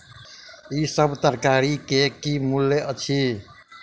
ई सभ तरकारी के की मूल्य अछि?